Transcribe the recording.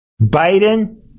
Biden